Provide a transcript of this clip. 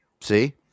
See